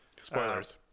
spoilers